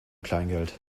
kleingeld